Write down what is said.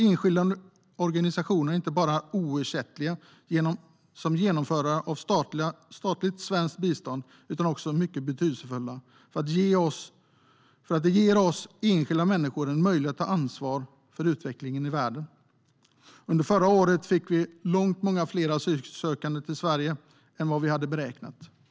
Enskilda organisationer är inte bara oersättliga som genomförare av statligt svenskt bistånd utan också mycket betydelsefulla för att de ger oss enskilda människor en möjlighet att ta ansvar för utvecklingen i världen. Under förra året fick vi långt många fler asylsökande till Sverige än vad vi hade beräknat.